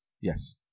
yes